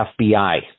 FBI